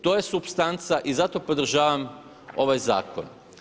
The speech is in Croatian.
To je supstanca i zato podržavam ovaj zakon.